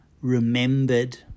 remembered